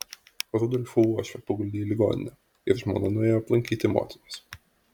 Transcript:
rudolfo uošvę paguldė į ligoninę ir žmona nuėjo aplankyti motinos